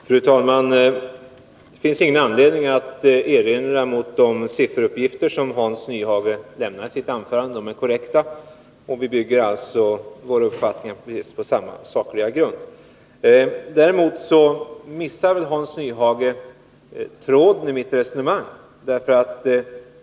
Fru talman! Det finns ingenting att erinra mot de sifferuppgifter som Hans Nyhage lämnade i sitt anförande. De är korrekta, och vi bygger alltså våra uppfattningar på precis samma sakliga grund. Däremot missar Hans Nyhage tråden i mitt resonemang.